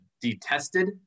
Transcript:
detested